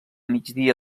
migdia